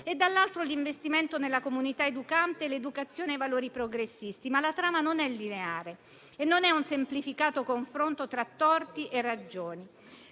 e, dall'altro, l'investimento nella comunità educante e l'educazione ai valori progressisti. La trama però non è lineare e non è un semplificato confronto tra torti e ragioni,